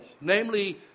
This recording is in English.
namely